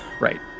right